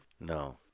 No